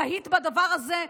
תהית בנושא הזה,